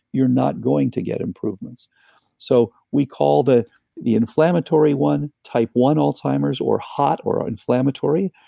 you're not going to get improvements so we call the the inflammatory one, type one alzheimer's, or hot, or inflammatory.